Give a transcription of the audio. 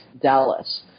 Dallas